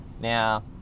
Now